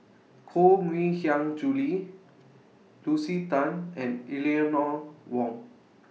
Koh Mui Hiang Julie Lucy Tan and Eleanor Wong